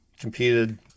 competed